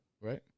Right